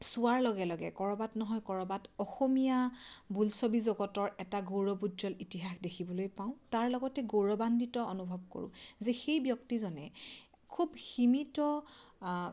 চোৱাৰ লগে লগে ক'ৰবাত নহয় ক'ৰবাত অসমীয়া বোলছবি জগতৰ এটা গৌৰৱোজ্জ্বল ইতিহাস দেখিবলৈ পাওঁ তাৰ লগতে গৌৰৱান্বিত অনুভৱ কৰোঁ যে সেই ব্যক্তিজনে খুব সীমিত আ